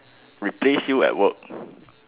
replace you at work